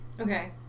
Okay